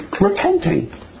repenting